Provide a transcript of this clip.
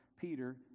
Peter